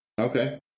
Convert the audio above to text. Okay